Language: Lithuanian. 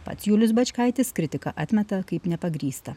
pats julius bačkaitis kritiką atmeta kaip nepagrįstą